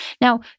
Now